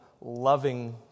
loving